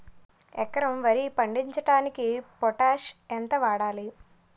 ఎకరం వరి పండించటానికి పొటాష్ ఎంత వాడాలి?